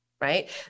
right